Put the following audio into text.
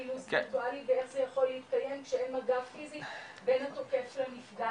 אינוס וירטואלי ואיך זה יכול להתקיים כשאין מגע פיסי בין התוקף לנפגעת,